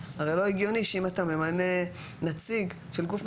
הרי לא הגיוני שאם אתה ממנה נציג של גוף מסוים,